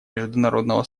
международного